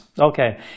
Okay